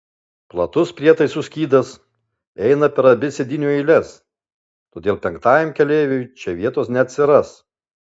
platus prietaisų skydas eina per abi sėdynių eiles todėl penktajam keleiviui čia vietos neatsiras